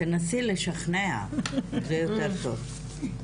תנסי לשכנע, זה יותר טוב.